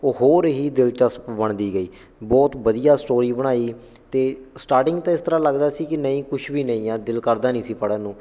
ਉਹ ਹੋਰ ਹੀ ਦਿਲਚਸਪ ਬਣਦੀ ਗਈ ਬਹੁਤ ਵਧੀਆ ਸਟੋਰੀ ਬਣਾਈ ਅਤੇ ਸਟਾਰਟਿੰਗ ਤਾਂ ਇਸ ਤਰ੍ਹਾਂ ਲੱਗਦਾ ਸੀ ਕਿ ਨਹੀਂ ਕੁਝ ਵੀ ਨਹੀਂ ਆ ਦਿਲ ਕਰਦਾ ਨਹੀਂ ਸੀ ਪੜ੍ਹਨ ਨੂੰ